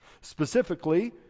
Specifically